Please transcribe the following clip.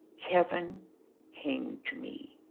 kevin came to me,